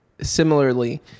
similarly